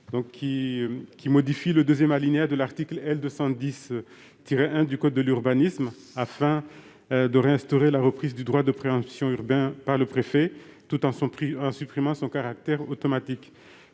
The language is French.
à modifier le deuxième alinéa de l'article L. 210-1 du code de l'urbanisme, afin de réinstaurer la reprise du droit de préemption urbain par le préfet, tout en supprimant son caractère automatique.